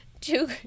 two